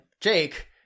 jake